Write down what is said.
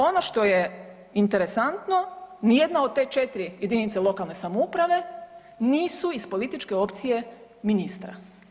Ono što je interesantno, nijedna od te četiri jedinice lokalne samouprave nisu iz političke opcije ministra.